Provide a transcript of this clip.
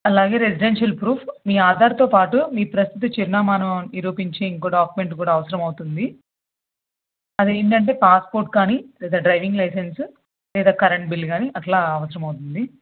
అలాగే residential proof మీ ఆధార్తో పాటు మీ ప్రస్తుత చిరునామాను నిరూపించే ఇంకొక డాక్యుమెంట్ కూడా అవసరమవుతుంది అదేంటంటే పాస్పోర్ట్ కానీ డ్ర డ్రైవింగ్ లైసెన్స్ లేదా కరెంట్ బిల్ కానీ అలా అవసరమవుతుంది